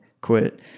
quit